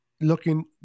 looking